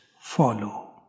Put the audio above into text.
follow